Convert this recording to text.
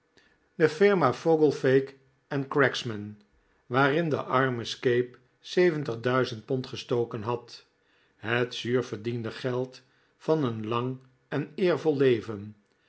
de firma fogle fake en cracksman waarin de arme scape zeventig duizend pond gestoken had het zuur verdiende geld van een lang en eervol leven